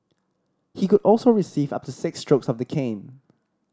he could also receive up to six strokes of the cane